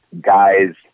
guys